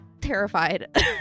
terrified